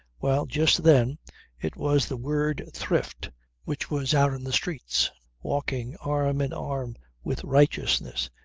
well just then it was the word thrift which was out in the streets walking arm in arm with righteousness,